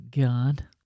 God